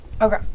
Okay